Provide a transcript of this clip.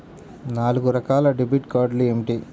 నాలుగు రకాల డెబిట్ కార్డులు ఏమిటి?